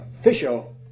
official